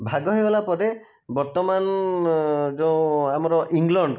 ଭାଗ ହୋଇଗଲା ପରେ ବର୍ତ୍ତମାନ ଯେଉଁ ଆମର ଇଂଲଣ୍ଡ